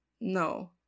no